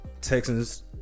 Texans